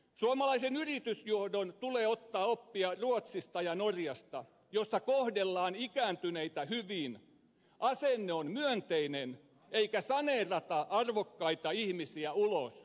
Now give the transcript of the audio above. suomalaisen yritysjohdon tulee ottaa oppia ruotsista ja norjasta joissa kohdellaan ikääntyneitä hyvin asenne on myönteinen eikä saneerata arvokkaita ihmisiä ulos